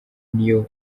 niyo